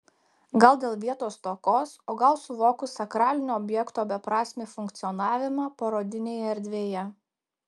gal dėl vietos stokos o gal suvokus sakralinio objekto beprasmį funkcionavimą parodinėje erdvėje